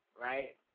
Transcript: right